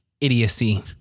idiocy